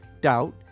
Doubt